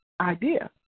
idea